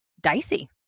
dicey